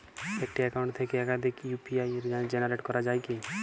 একটি অ্যাকাউন্ট থেকে একাধিক ইউ.পি.আই জেনারেট করা যায় কি?